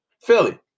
Philly